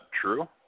true